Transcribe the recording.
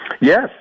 Yes